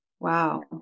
Wow